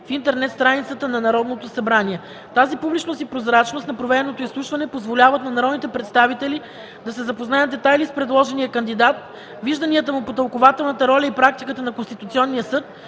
в интернет страницата на Народното събрание. Тази публичност и прозрачност на проведеното изслушване позволяват на народните представители да се запознаят в детайли с предложения кандидат, вижданията му по тълкувателната роля и практиката на Конституционния съд,